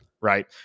Right